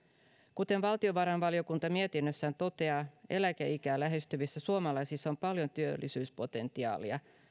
kuten valtiovarainvaliokunta mietinnössään toteaa eläkeikää lähestyvissä suomalaisissa on paljon työllisyyspotentiaalia